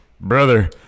brother